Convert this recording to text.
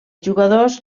jugadors